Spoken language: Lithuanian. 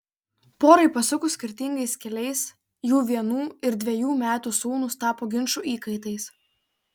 porai pasukus skirtingais keliais jų vienų ir dvejų metų sūnūs tapo ginčų įkaitais